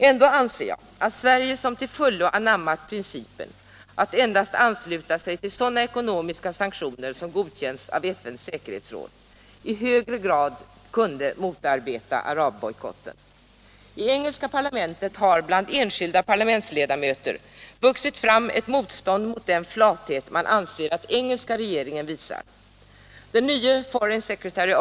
Ändå anser jag att Sverige som till fullo har anammat principen att endast ansluta sig till sådana ekonomiska sanktioner som godkänts av FN:s säkerhetsråd i högre grad kunde motarbeta arabbojkotten. I engelska parlamentet har bland enskilda parlamentsledamöter vuxit fram ett starkt motstånd mot den flathet man anser att engelska regeringen visar. Den nye foreign secretary, Mr.